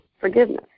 forgiveness